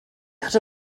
hatte